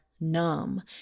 numb